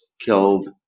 killed